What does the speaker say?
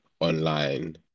online